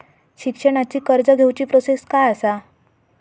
शिक्षणाची कर्ज घेऊची प्रोसेस काय असा?